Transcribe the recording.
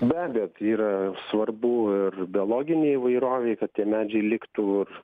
be abejo tai yra svarbu ir biologinei įvairovei kad tie medžiai liktų